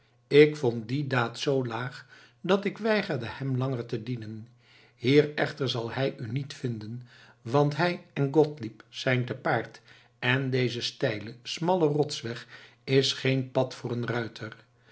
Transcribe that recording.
ik vond die daad z laag dat ik weigerde hem langer te dienen hier echter zal hij u niet vinden want hij en gottlieb zijn te paard en deze steile smalle rotsweg is geen pad voor een ruiter